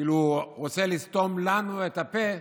כאילו הוא רוצה לסתום לנו את הפה,